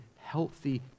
healthy